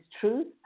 truth